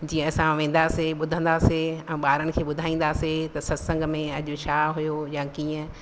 जीअं असां वेंदासीं ॿुधंदासीं ऐं ॿारनि खे ॿुधाईंदासीं त सत्संग में अॼु छा हुयो या कीअं